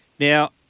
Now